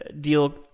deal